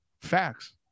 Facts